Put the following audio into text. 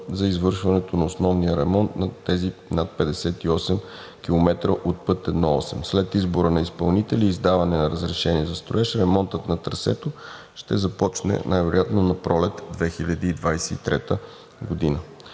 за извършване на основния ремонт на над 58 км от път 1-8. След избора на изпълнители и издаване на разрешение за строеж ремонтът на трасето ще може да започне най-вероятно напролет през 2023 г.